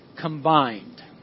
combined